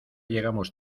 llegamos